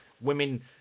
women